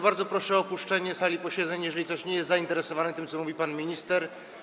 Bardzo proszę o opuszczenie sali posiedzeń, jeżeli ktoś nie jest zainteresowany tym, co mówi pan minister.